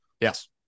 Yes